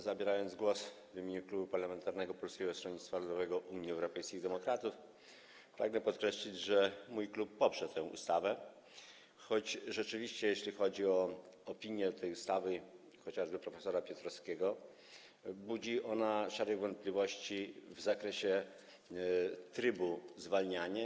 Zabierając głos w imieniu Klubu Poselskiego Polskiego Stronnictwa Ludowego - Unii Europejskich Demokratów, pragnę podkreślić, że mój klub poprze tę ustawę, choć rzeczywiście, jeśli chodzi o opinie o niej, chociażby prof. Piotrowskiego, budzi ona szereg wątpliwości w zakresie trybu zwalniania.